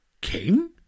King